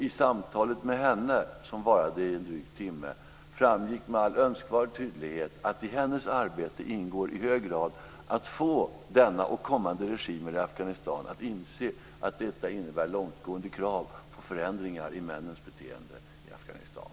I samtalet med henne, vilket varade i drygt en timme, framgick med all önskvärd tydlighet att i hennes arbete ingår i hög grad att få denna regim och kommande regimer i Afghanistan att inse att detta innebär långtgående krav på förändringar i beteendet hos männen i Afghanistan.